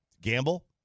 gamble